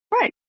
Right